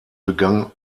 begann